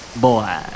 boy